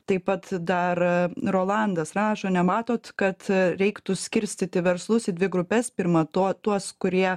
taip pat dar rolandas rašo nematot kad reiktų skirstyti verslus į dvi grupes pirma to tuos kurie